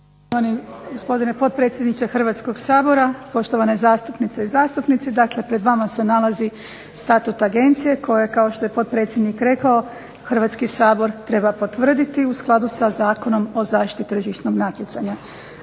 lijepo gospodine potpredsjedniče Hrvatskog sabora, poštovane zastupnice i zastupnici. Dakle, pred vama se nalazi Statut agencije koji, kao što je potpredsjednik rekao, Hrvatski sabor treba potvrditi u skladu sa Zakonom o zaštiti tržišnog natjecanja.